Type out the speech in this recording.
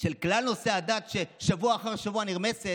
של כלל נושא הדת, ששבוע אחרי שבוע נרמס,